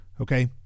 Okay